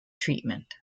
treatment